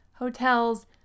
hotels